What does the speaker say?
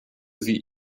sie